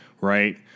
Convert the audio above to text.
right